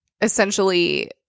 essentially